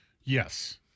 Yes